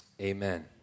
amen